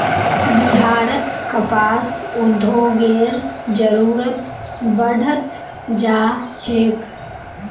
बिहारत कपास उद्योगेर जरूरत बढ़ त जा छेक